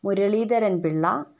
Muraleedharan Pillai